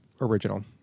original